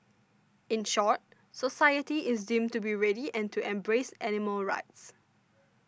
in short society is deemed to be ready and to embrace animal rights